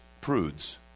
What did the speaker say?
prudes